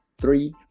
three